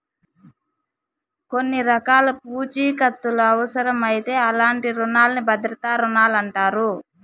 కొన్ని రకాల పూఛీకత్తులవుసరమవుతే అలాంటి రునాల్ని భద్రతా రుణాలంటారు